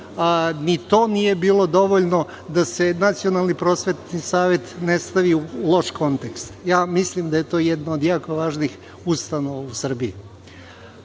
ni to nije bilo dovoljno da se Nacionalni prosvetni savet ne stavi u loš kontekst. Ja mislim da je to jedna od jako važnih ustanova u Srbiji.U